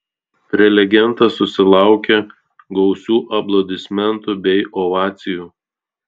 prelegentas susilaukė gausių aplodismentų bei ovacijų